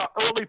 early